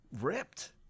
ripped